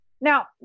Now